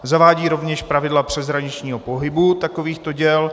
Zavádí rovněž pravidla přeshraničního pohybu takovýchto děl.